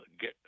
get